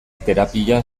terapia